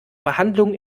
behandlung